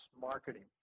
marketing